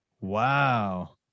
Wow